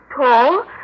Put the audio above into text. tall